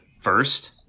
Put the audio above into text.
first